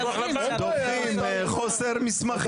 מדווחים חוסר מסמכים.